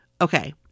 Okay